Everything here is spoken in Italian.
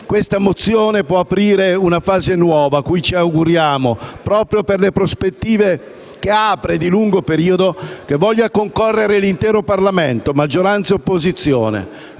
del giorno può aprire una fase nuova, cui ci auguriamo - proprio per le prospettive che apre di lungo periodo - voglia concorrere l'intero Parlamento, maggioranza e opposizione.